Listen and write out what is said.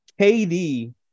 KD